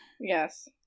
Yes